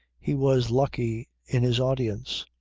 he was lucky in his audience.